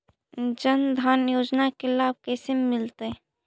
जन धान योजना के लाभ कैसे मिलतै?